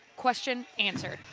question answered.